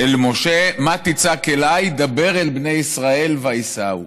אל משה: "מה תצעק אלי דבר אל בני ישראל ויִסָעו".